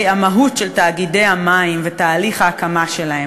המהות של תאגידי המים ותהליך ההקמה שלהם.